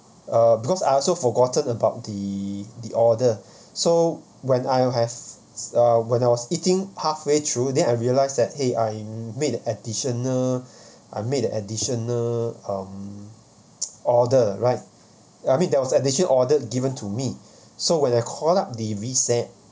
uh because I also forgotten about the the order so when I have uh when I was eating halfway through then I realized that eh I made a additional I made a additional um order right I mean there was additional ordered given to me so when I call up the recep